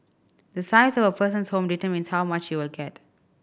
the size of a person's home determines how much he will get